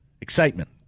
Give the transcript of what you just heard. excitement